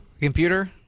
Computer